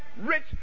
rich